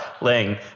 Ling